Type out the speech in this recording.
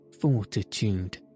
fortitude